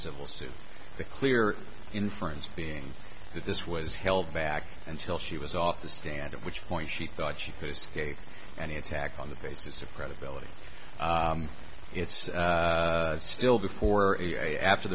civil suit the clear inference being that this was held back until she was off the stand at which point she thought she could escape and attack on the basis of credibility it's still before after